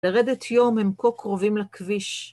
‫לרדת יום הם כה קרובים לכביש.